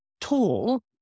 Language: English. tool